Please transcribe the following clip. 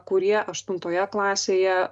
kurie aštuntoje klasėje